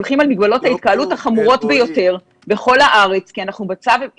את לא יכולה לענות על זה כי את בדרג המקצועי ואני לא רוצה לערבב את זה